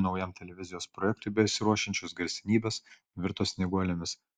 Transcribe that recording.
naujam televizijos projektui besiruošiančios garsenybės virto snieguolėmis